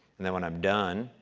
and when i'm done,